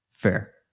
Fair